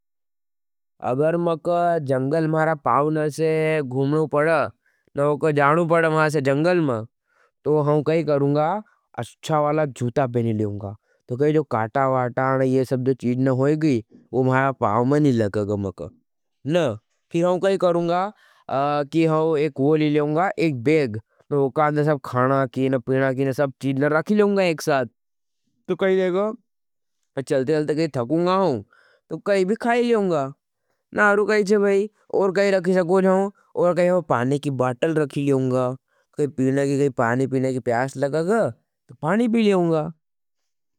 अगर मेरे जंगल मेरा पाव न असे घूमने पड़ा न वोक जाने पड़ा मेरा से जंगल में तो हम कई करूँगा। अच्छा वाला जूता पहने लेंगा। तो कई जो काटा वाटा न ये सब जो चीज़ न होईगी वो मेरा पाव में नहीं लगगा मेंका। न फिर हम काई करूँगा। कि हम एक वोली लेंगा एक बेग न वोकाद न सब खाना की न पिना की न सब चीज़ न राखी लेंगा एक साथ। तो काई लेंगा चलते गलते काई ठकूँगा हूं तो काई भी खाई लेंगा। न आरू काई चे भाई और काई रखी सको जाओ और काई में पाने की बाटल रखी लेंगा। कि पीना की काई पाने पीना की प्यास लगगा तो पानी पी लेंगा।